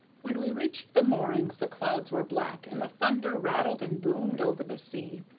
when we reached the moorings the clouds were black, and the thunder rattled and boomed over the sea,